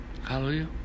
Hallelujah